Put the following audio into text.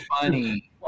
funny